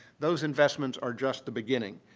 those investments are just the beginning.